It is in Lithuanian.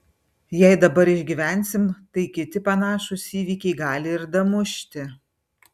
jei dabar išgyvensim tai kiti panašūs įvykiai gali ir damušti